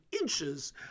inches